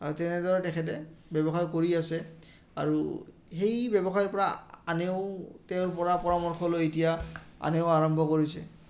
আৰু তেনেদৰে তেখেতে ব্যৱসায় কৰি আছে আৰু সেই ব্যৱসায়ৰ পৰা আনেও তেওঁৰ পৰা পৰামৰ্শ লৈ এতিয়া আনেও আৰম্ভ কৰিছে